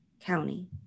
County